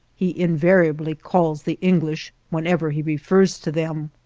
he invariably calls the english whenever he refers to them.